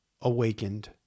awakened